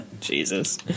Jesus